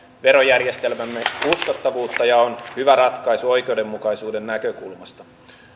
verojärjestelmämme uskottavuutta ja on hyvä ratkaisu oikeudenmukaisuuden näkökulmasta